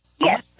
Yes